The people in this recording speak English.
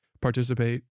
participate